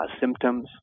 symptoms